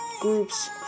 group's